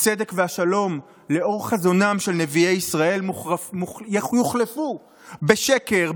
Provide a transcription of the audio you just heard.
הצדק והשלום לאור חזונם של נביאי ישראל יוחלפו בשקר,